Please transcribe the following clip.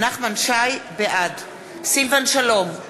בעד סילבן שלום,